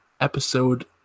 episode